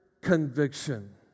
conviction